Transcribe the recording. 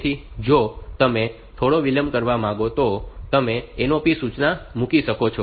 તેથી જો તમે થોડો વિલંબ કરવા માંગો તો તમે આ NOP સૂચના મૂકી શકો છો